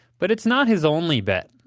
but it's not his only bet.